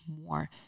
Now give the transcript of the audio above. more